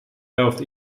helft